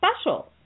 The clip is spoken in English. special